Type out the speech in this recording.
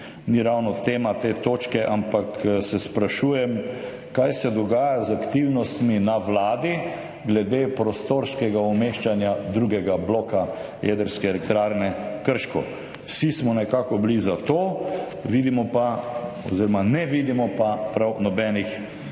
ni ravno tema te točke – se sprašujem, kaj se dogaja z aktivnostmi na Vladi glede prostorskega umeščanja drugega bloka jedrske elektrarne Krško. Vsi smo nekako bili za to, ne vidimo pa prav nobenih